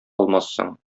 алмассың